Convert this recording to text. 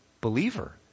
believer